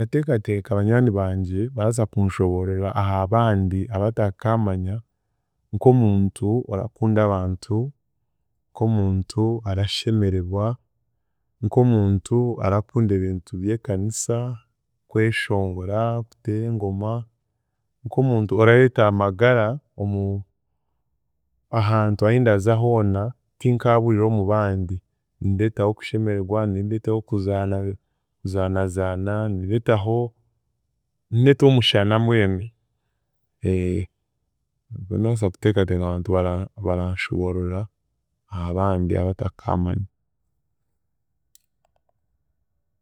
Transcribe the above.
Ndateekateeka banywani bangye, barabaasa kunshoboorora aha bandi abatakaamanya nk'omuntu orakunda abantu, nk'omuntu arashemeregwa, nk'omuntu arakunda ebintu by'ekanisa, kweshongora, kuteera engoma, nk’omuntu orareeta amagara omu ahantu ahindaza hoona tinkaaburira omu bandi, nindeetaho okushemeregwa, nindeetaho okuzaana kuzaanaazaana, nindeetaho nindeetaho omushana mbwenu nikwe ndabaasa kuteekaeeka ngu abantu bara baranshoboorora aha bandi abatakaamanya.